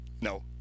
No